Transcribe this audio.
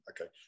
okay